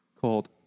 called